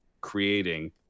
creating